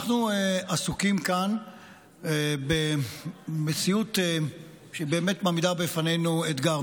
אנחנו עסוקים כאן במציאות שבאמת מעמידה בפנינו אתגר.